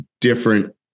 different